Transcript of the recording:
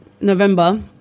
November